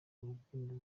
urubyiniro